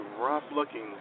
rough-looking